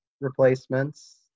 replacements